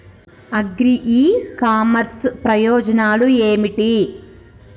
Agri e commerce ప్రయోజనాలు ఏమిటి?